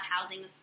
housing